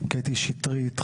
קטי שטרית,